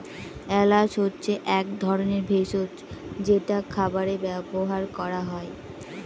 এলাচ হচ্ছে এক ধরনের ভেষজ যেটা খাবারে ব্যবহার করা হয়